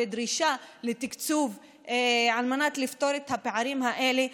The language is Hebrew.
ודרישה לתקצוב על מנת לפתור את הפערים האלה.